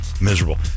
miserable